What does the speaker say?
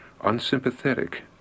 unsympathetic